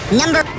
number